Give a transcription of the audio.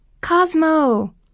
Cosmo